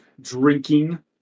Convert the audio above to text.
drinking